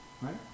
right